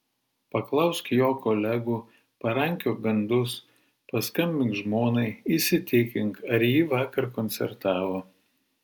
paklausk jo kolegų parankiok gandus paskambink žmonai įsitikink ar ji vakar koncertavo